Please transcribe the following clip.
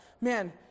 man